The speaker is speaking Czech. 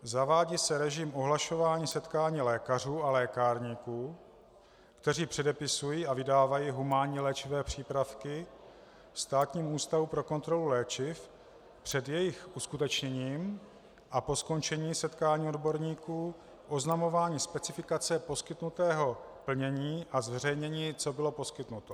Zavádí se režim ohlašování setkání lékařů a lékárníků, kteří předepisují a vydávají humánní léčivé přípravky, Státnímu ústavu pro kontrolu léčiv před jejich uskutečněním a po skončení setkání odborníků oznamování specifikace poskytnutého plnění a zveřejnění, co bylo poskytnuto.